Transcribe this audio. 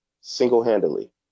single-handedly